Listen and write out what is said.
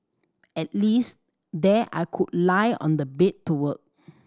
at least there I could lie on the bed to work